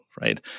right